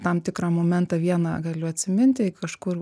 tam tikrą momentą vieną galiu atsiminti kažkur